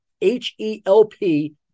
H-E-L-P